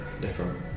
different